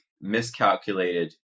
miscalculated